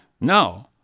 No